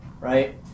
right